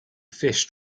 fish